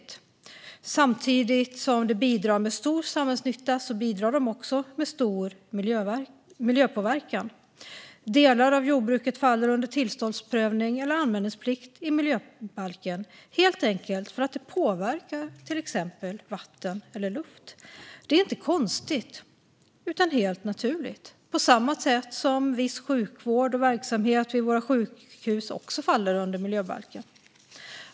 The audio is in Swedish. Men samtidigt som det bidrar med stor samhällsnytta bidrar det också till stor miljöpåverkan. Delar av jordbruket faller under tillståndsprövning eller anmälningsplikt i miljöbalken, helt enkelt eftersom det påverkar till exempel vatten eller luft. Det är inte konstigt utan helt naturligt, på samma sätt som viss sjukvård eller verksamhet vid våra sjukhus faller under miljöbalken.